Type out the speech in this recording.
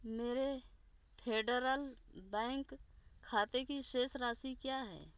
मेरे Federal Bank खाते की शेष राशि क्या है